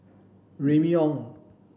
Remy Ong